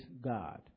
God